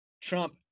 Trump